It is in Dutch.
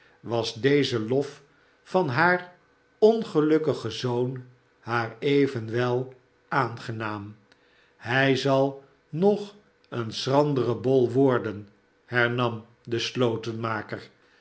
was deze lof van haar ongelukkigen zoon haar evenwel aangenaam hij zal nog een schrandere bol worden hernam de